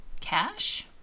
Cash